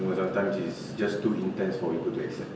no sometimes it's just too intense for it to be accept